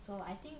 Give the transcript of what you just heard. so I think